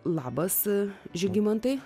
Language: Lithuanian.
labas žygimantai